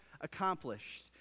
accomplished